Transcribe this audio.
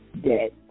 dead